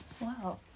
Wow